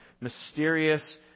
mysterious